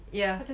yeah